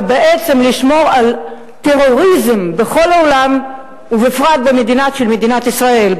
ובעצם לשמור על טרוריזם בכל העולם ובפרט במדינת ישראל,